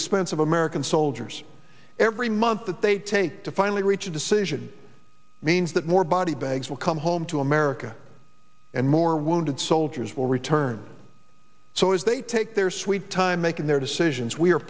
expense of american soldiers every month that they take to finally reach a decision means that more body bags will come home to america and more wounded soldiers will return so as they take their sweet time making their decisions we